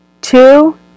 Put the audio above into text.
two